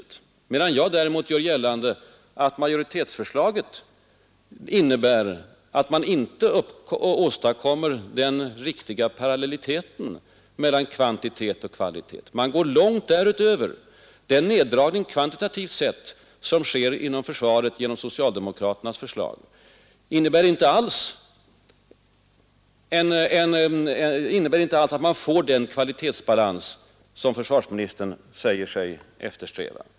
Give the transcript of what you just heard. Jag gör gällande att majoritetsförslaget innebär att man inte åstadkommer någon parallellitet mellan kvantitet och kvalitet. Man går långt därunder. Den neddragning kvantitativt sett, som sker inom försvaret genom socialdemokraternas förslag, innebär inte alls att man får den kvalitetsbalans som försvarsministern säger sig eftersträva.